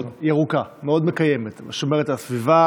מאוד מקיימת, שומרת על הסביבה,